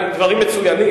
דברים מצוינים.